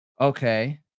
Okay